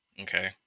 Okay